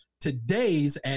Today's